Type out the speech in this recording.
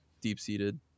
deep-seated